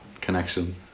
connection